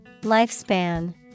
Lifespan